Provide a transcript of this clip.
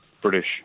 British